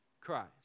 Christ